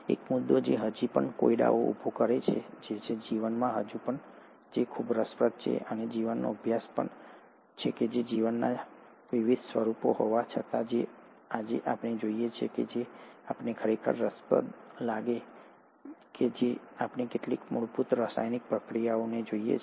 એક મુદ્દો જે હજી પણ કોયડાઓ ઉભો કરે છે અને જીવનમાં હજુ પણ ખૂબ જ રસપ્રદ છે અને જીવનનો અભ્યાસ એ છે કે જીવનના વિવિધ સ્વરૂપો હોવા છતાં જે આજે આપણે જોઈએ છીએ જે આપણને ખરેખર રસપ્રદ લાગે છે તે એ છે કે જ્યારે આપણે કેટલીક મૂળભૂત રાસાયણિક પ્રતિક્રિયાઓને જોઈએ છીએ